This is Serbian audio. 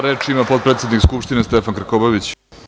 Reč ima potpredsednik Skupštine, Stefan Krkobabić.